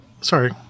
sorry